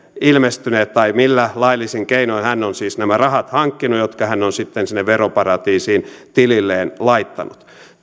ilmestyneet tai millä laillisin keinoin hän on siis nämä rahat hankkinut jotka hän on sitten sinne veroparatiisiin tililleen laittanut